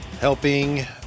helping